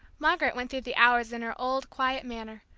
margaret went through the hours in her old, quiet manner,